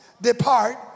depart